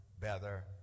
better